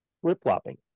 flip-flopping